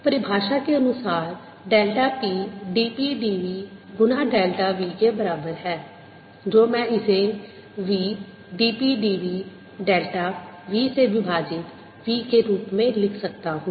परिभाषा के अनुसार डेल्टा p dp dv गुना डेल्टा v के बराबर है जो मैं इसे v dp dv delta v से विभाजित v के रूप में लिख सकता हूं